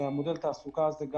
מודל התעסוקה הזה,